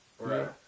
Right